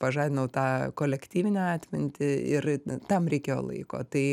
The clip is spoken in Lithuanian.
pažadinau tą kolektyvinę atmintį ir tam reikėjo laiko tai